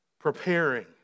preparing